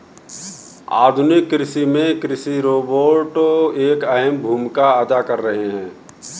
आधुनिक कृषि में कृषि रोबोट एक अहम भूमिका अदा कर रहे हैं